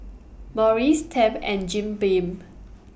Morries Tempt and Jim Beam